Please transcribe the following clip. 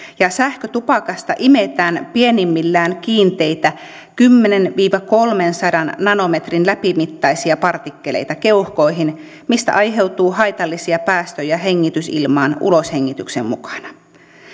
sähkötupakasta imetään pienimmillään kiinteitä kymmenen viiva kolmensadan nanometrin läpimittaisia partikkeleita keuhkoihin mistä aiheutuu haitallisia päästöjä hengitysilmaan uloshengityksen mukana